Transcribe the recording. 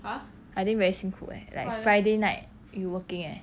I think very 辛苦 eh like friday night you working eh